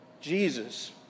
Jesus